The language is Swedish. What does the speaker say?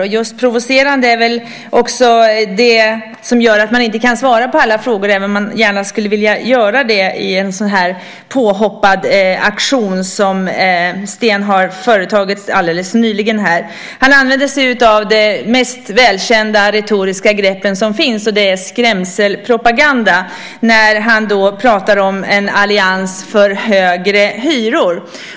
Just det provocerande är väl det som gör att man inte kan svara på alla frågor, även om man gärna skulle vilja, i en sådan påhoppsaktion som Sten företog sig alldeles nyss. Han använde sig av ett av de mest välkända retoriska grepp som finns, nämligen skrämselpropaganda, när han pratade om en allians för högre hyror.